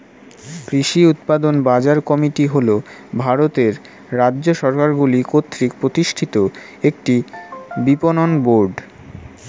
কৃষি উৎপাদন বাজার কমিটি হল ভারতের রাজ্য সরকারগুলি কর্তৃক প্রতিষ্ঠিত একটি বিপণন বোর্ড